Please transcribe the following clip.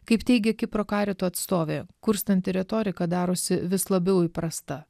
kaip teigia kipro karito atstovė kurstanti retorika darosi vis labiau įprasta